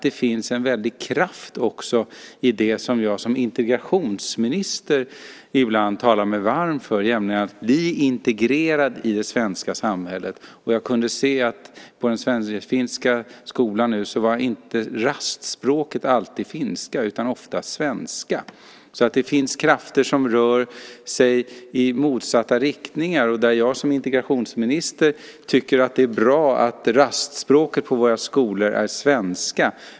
Det finns en väldig kraft i det som jag som integrationsminister ibland talar mig varm för, nämligen att bli integrerad i det svenska samhället. Jag kunde höra att på den sverigefinska skolan var rastspråket inte alltid finska utan ofta svenska. Det finns krafter som rör sig i motsatta riktningar, och jag som integrationsminister tycker att det är bra att rastspråket på våra skolor är svenska.